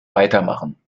weitermachen